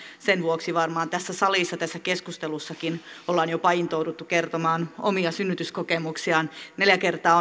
sen vuoksi varmaan tässä salissa tässä keskustelussakin ollaan jopa intouduttu kertomaan omia synnytyskokemuksia neljä kertaa